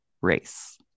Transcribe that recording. race